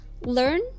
Learn